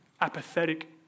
apathetic